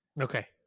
Okay